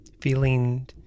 Feeling